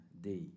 day